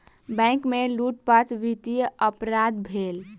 bank में लूटपाट वित्तीय अपराध भेल